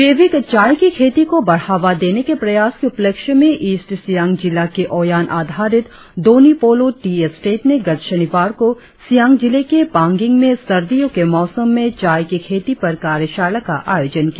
जैविक चाय की खेती को बढ़ावा देने के प्रयास के उपलक्ष्य में ईस्ट सियांग जिला के ओयान आधारित दोन्यी पोलो टी एस्टेट ने गत शनिवार को सियांग जिले के पांगिंग में सर्दियों के मौसम में चाय की खेती पर कार्याशाला का आयोजन किया